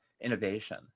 innovation